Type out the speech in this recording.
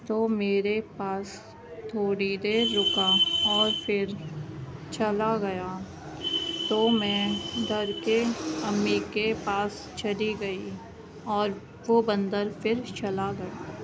تو میرے پاس تھوڑی دیر رکا اور پھر چلا گیا تو میں ڈر کے امی کے پاس چلی گئی اور وہ بندر پھر چلا گیا